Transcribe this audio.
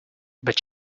but